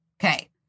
Okay